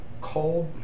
cold